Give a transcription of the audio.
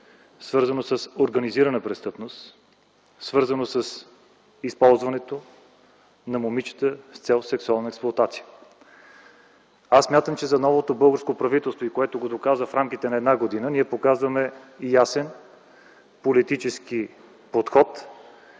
свързано с организирана престъпност, свързано с използването на момичета с цел сексуална експлоатация. Аз смятам, че за новото българско правителство, което го доказа в рамките на една година, показваме ясен политически подход